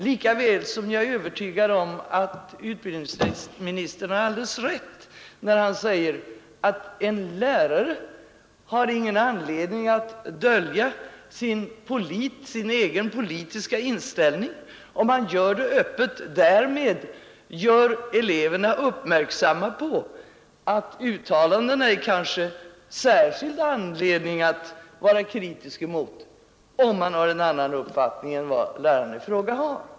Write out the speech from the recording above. Lika väl är jag övertygad om att utbildningsministern har alldeles rätt när han säger att en lärare inte har någon anledning att dölja sin egen politiska inställning. Talar han öppet. gör han därmed cleverna uppmärksamma på att det kanske finns särskild anledning att vara kritisk mot de uttalanden som görs, om man har en unnan uppfattning än läraren i fråga.